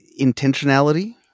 intentionality